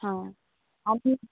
हा आणखीन